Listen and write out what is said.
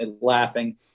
laughing